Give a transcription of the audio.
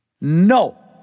No